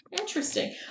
Interesting